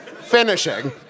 finishing